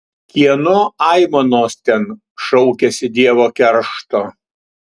kieno aimanos ten šaukiasi dievo keršto